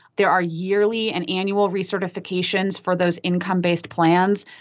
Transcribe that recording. there are yearly and annual recertifications for those income-based plans.